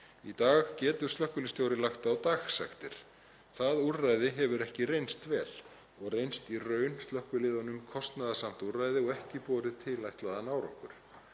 Í dag getur slökkviliðsstjóri lagt á dagsektir. Það úrræði hefur ekki reynst vel og reynst í raun slökkviliðunum kostnaðarsamt úrræði og ekki borið tilætlaðan árangur.